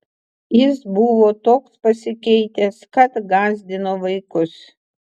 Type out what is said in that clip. jis buvo toks pasikeitęs kad gąsdino vaikus